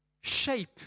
shape